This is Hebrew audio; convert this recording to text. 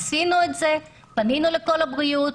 עשינו את זה, פנינו ל"קול הבריאות",